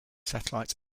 satellite